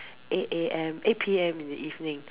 eight A_M eight P_M in the evening